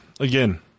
Again